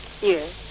Yes